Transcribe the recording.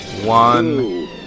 one